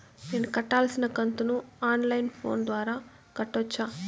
నేను కట్టాల్సిన కంతును ఆన్ లైను ఫోను ద్వారా కట్టొచ్చా?